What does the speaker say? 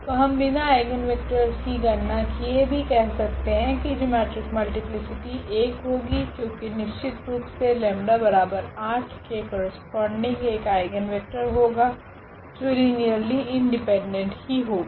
तो हम बिना आइगनवेक्टरस की गणना किए भी कह सकते है की जिओमेट्रिक मल्टीप्लीसिटी 1 होगी क्योकि निश्चितरूप से 𝜆8 के करस्पोंडिंग एक आइगनवेक्टर होगा जो लीनियरली इंडिपेंडेंट ही होगा